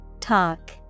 Talk